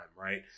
right